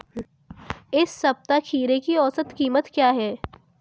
इस सप्ताह खीरे की औसत कीमत क्या है?